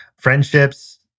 friendships